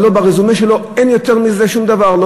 וברזומה שלו אין שום דבר יותר מזה,